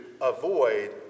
avoid